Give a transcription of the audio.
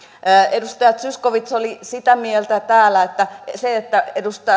edustaja zyskowicz oli täällä sitä mieltä että se että